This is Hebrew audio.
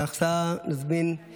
עכשיו נזמין את